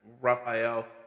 Raphael